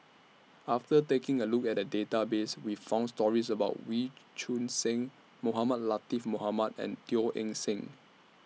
after taking A Look At The Database We found stories about Wee Choon Seng Mohamed Latiff Mohamed and Teo Eng Seng